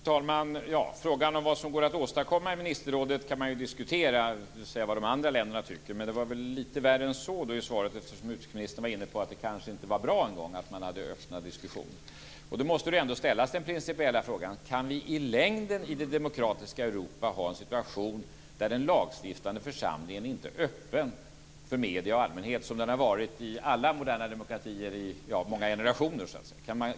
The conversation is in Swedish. Fru talman! Frågan om vad som går att åstadkomma i ministerrådet och vad de andra länderna tycker kan man ju diskutera. Men svaret var ju lite värre än så, eftersom utrikesministern var inne på att det kanske inte ens en gång var bra att man för öppna diskussioner. Då måste ändå den principiella frågan ställas: Kan vi i längden i det demokratiska Europa ha en situation där den lagstiftande församlingen inte är öppen för medier och allmänhet, som den har varit i alla moderna demokratier i många generationer?